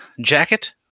jacket